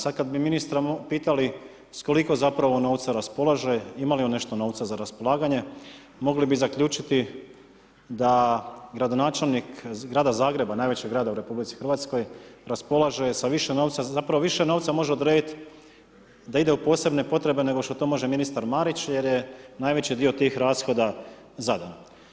Sada kada bi ministra pitali, s koliko zapravo novca raspolaže, ima li on nešto novaca za raspolaganje, mogli bi zaključiti da gradonačelnik Grada Zagreba, najvećeg grada u RH, raspolaže sa više novca, zapravo više novca može odrediti da ide u posebne potrebe, nego što to može ministar Marić jer je najveći dio tih rashoda zadan.